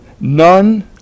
none